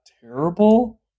terrible